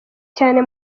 cyane